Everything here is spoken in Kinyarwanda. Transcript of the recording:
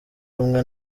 rumwe